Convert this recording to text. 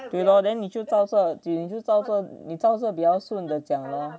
对 lor then 你就照着你就照着你照着比较顺的讲 lor